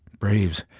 braves,